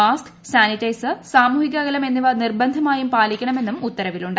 mask sanitiser സാമൂഹിക അകലം എന്നിവ നിർബന്ധമായും പാലിക്കണമെന്നും ഉത്തരവിലുണ്ട്